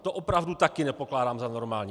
To opravdu taky nepokládám za normální.